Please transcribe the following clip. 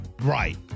right